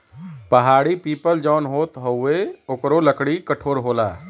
पहाड़ी पीपल जौन होत हउवे ओकरो लकड़ी कठोर होला